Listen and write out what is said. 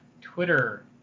Twitter